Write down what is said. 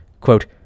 Quote